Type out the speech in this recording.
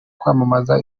kwamamaza